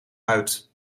uit